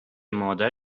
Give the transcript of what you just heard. مادر